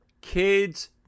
Kids